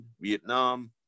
Vietnam